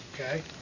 Okay